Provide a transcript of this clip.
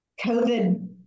COVID